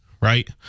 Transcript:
right